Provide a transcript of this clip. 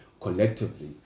Collectively